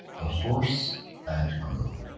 the horse and groom